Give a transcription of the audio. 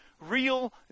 real